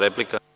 Replika.